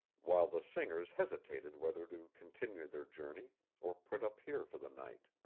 while the singers hesitated whether to continue their journey or put up here for the night.